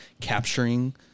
capturing